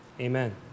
Amen